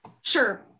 Sure